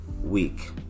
week